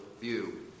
view